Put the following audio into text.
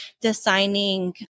designing